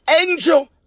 angel